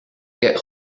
get